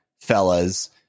fellas